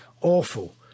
Awful